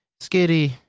Skitty